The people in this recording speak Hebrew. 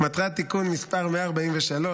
(תיקון מס' 143